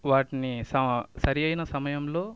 వాటిని స సరియైన సమయంలో